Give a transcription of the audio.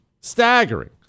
Staggering